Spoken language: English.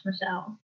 Michelle